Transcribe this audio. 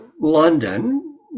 London